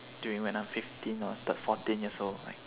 during when I'm fifteen or thir~ fourteen years old